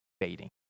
fading